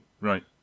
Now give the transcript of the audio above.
Right